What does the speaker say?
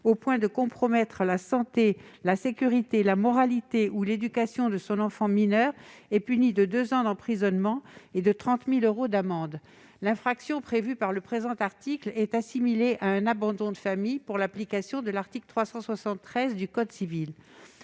au point de compromettre la santé, la sécurité, la moralité ou l'éducation de son enfant mineur est puni de deux ans d'emprisonnement et de 30 000 euros d'amende. L'infraction prévue par le présent article est assimilée à un abandon de famille pour l'application du 3° de l'article 373 du code civil